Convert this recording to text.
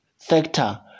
sector